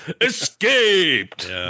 Escaped